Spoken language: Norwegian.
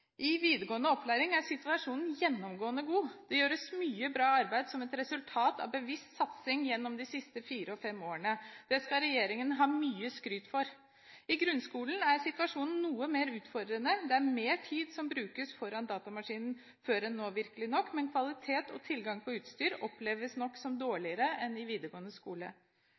I videregående opplæring er situasjonen gjennomgående god. Det gjøres mye bra arbeid som et resultat av bevisst satsing gjennom de siste fire–fem årene. Det skal regjeringen ha mye skryt for. I grunnskolen er situasjonen noe mer utfordrende. Det er riktignok mer tid som brukes foran datamaskinen nå enn før. Men kvalitet og tilgang på utstyr oppleves nok som dårligere enn i videregående skole.